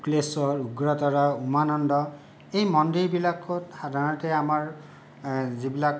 শুক্লেশ্বৰ উগ্ৰতাৰা উমানন্দ এই মন্দিৰবিলাকত সাধাৰণতে আমাৰ যিবিলাক